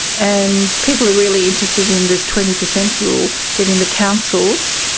and people are really interested in this twenty percent rule, getting the councils,